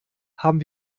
haben